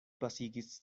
pasigis